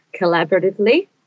collaboratively